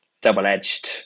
double-edged